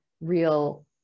real